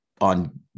on